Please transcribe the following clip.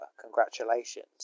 Congratulations